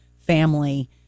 family